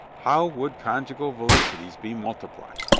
how would conjugal felicities be multiplied.